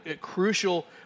crucial